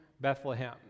Bethlehem